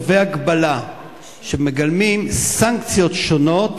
צווי הגבלה שמגלמים סנקציות שונות,